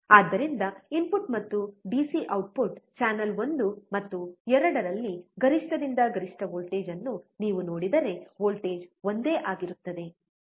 ಆದ್ದರಿಂದ ಇನ್ಪುಟ್ ಮತ್ತು DC output channel 1 ಮತ್ತು 2 ನಲ್ಲಿ ಗರಿಷ್ಠದಿಂದ ಗರಿಷ್ಠ ವೋಲ್ಟೇಜ್ ಅನ್ನು ನೀವು ನೋಡಿದರೆ ವೋಲ್ಟೇಜ್ ಒಂದೇ ಆಗಿರುತ್ತದೆ